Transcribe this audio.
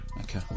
Okay